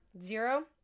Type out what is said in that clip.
Zero